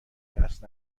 دست